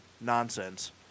nonsense